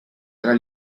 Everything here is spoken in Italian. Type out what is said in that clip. tra